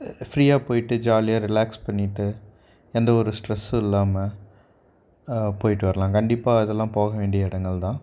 ஃப்ரீயாக போயிட்டு ஜாலியாக ரிலாக்ஸ் பண்ணிவிட்டு எந்தவொரு ஸ்ட்ரெஸ்ஸும் இல்லாமல் போயிட்டு வரலாம் கண்டிப்பாக அதெல்லாம் போக வேண்டிய இடங்கள் தான்